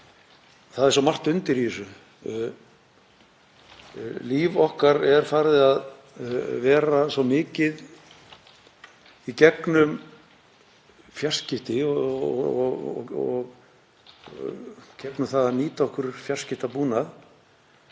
það er svo margt undir í þessu. Líf okkar er farið að vera svo mikið í gegnum fjarskipti og í gegnum það að nýta okkur fjarskiptabúnað